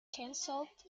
cancelled